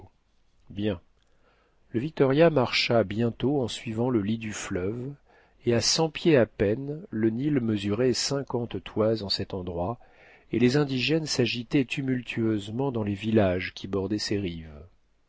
le victoria marcha bientôt en suivant le lit du fleuve et à cent pied peine le nil mesurait cinquante toises en cet endroit et les indigène s'agitaient tumultueusement dans les villages qui bordaient ses rives